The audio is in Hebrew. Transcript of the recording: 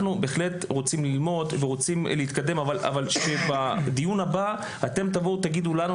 אנחנו בהחלט רוצים ללמוד ורוצים להתקדם אבל שבדיון הבא תגידו לנו,